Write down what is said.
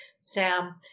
Sam